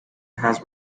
has